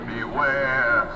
Beware